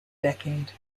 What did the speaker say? decade